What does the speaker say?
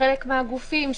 שחלק מהגופים,